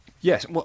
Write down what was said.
Yes